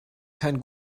kein